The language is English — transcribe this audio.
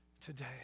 today